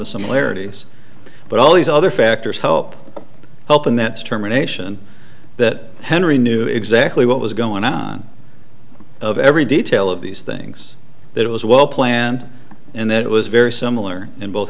the similarities but all these other factors help help and that's terminations and that henry knew exactly what was going on of every detail of these things it was well planned and it was very similar in both